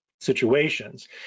situations